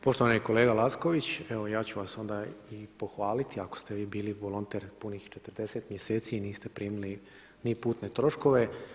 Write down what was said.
Poštovani kolega Lacković, evo ja ću vas onda i pohvaliti ako ste vi bili volonter punih 40 mjeseci i niste primili ni putne troškove.